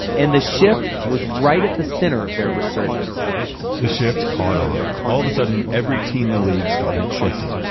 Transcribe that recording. and the shift was right at the center of their resurgence the shift caught on. all of a sudden, every team in the league started shifting.